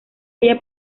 halla